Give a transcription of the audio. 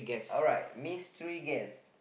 alright mystery guest